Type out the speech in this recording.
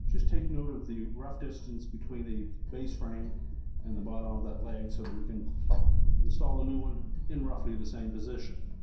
take note of the rough distance between the base frame and the bottom of that leg so that we can install a new one in roughly the same position.